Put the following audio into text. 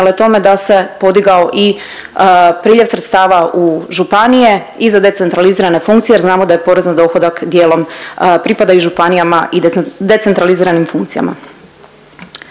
tome da se podigao i priljev sredstava u županije i za decentralizirane funkcije jer znamo da je porez na dohodak dijelom pripada i županijama i decentraliziranim funkcijama.